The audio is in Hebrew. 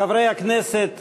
חברי הכנסת,